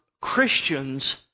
Christian's